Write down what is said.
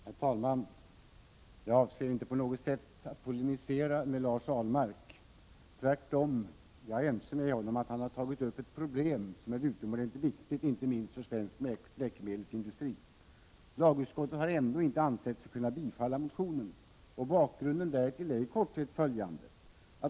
Herr talman! Jag avser inte på något sätt att polemisera mot Lars Ahlmark — tvärtom. Jag är ense med honom om att han har tagit upp ett problem, som är utomordentligt viktigt inte minst för svensk läkemedelsindustri. Lagutskottet har ändå inte ansett sig kunna tillstyrka bifall till motionen. Bakgrunden därtill är i korthet följande.